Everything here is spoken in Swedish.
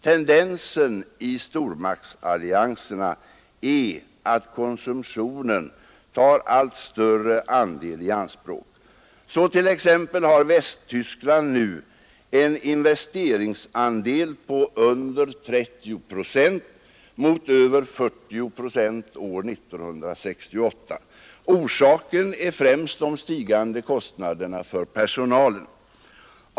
Tendensen i stormaktsallianserna är att konsumtionen tar allt större andel i anspråk. Så t.ex. har Västtyskland nu en investeringsandel på under 30 procent mot över 40 procent år 1968. Orsaken är främst de stigande kostnaderna för personalen.